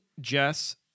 Jess